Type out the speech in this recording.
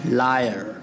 liar